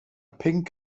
pinc